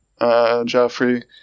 Joffrey